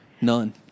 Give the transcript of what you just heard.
None